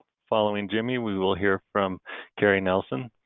following jimmy, we will hear from carrie nelson.